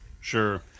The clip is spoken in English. sure